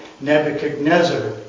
Nebuchadnezzar